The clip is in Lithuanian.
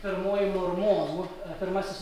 pirmoji mormonų pirmasis